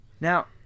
now